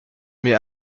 mais